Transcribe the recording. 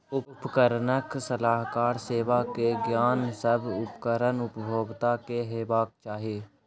उपकरणक सलाहकार सेवा के ज्ञान, सभ उपकरण उपभोगता के हेबाक चाही